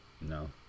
No